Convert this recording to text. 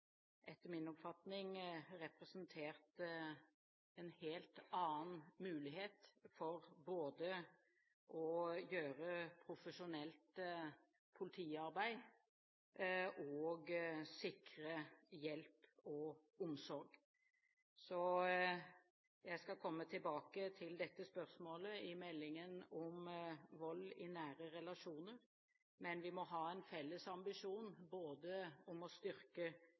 etter min oppfatning representert en helt annen mulighet for både å gjøre profesjonelt politiarbeid og sikre hjelp og omsorg. Jeg skal komme tilbake til dette spørsmålet i meldingen om vold i nære relasjoner, men vi må ha en felles ambisjon om å styrke